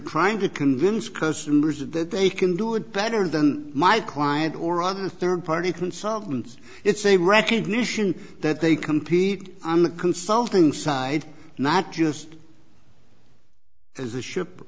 trying to convince customers that they can do it better than my client or other third party consultants it's a recognition that they compete on the consulting side not just as the ship